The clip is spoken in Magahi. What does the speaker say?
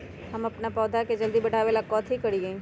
हम अपन पौधा के जल्दी बाढ़आवेला कथि करिए?